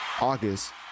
August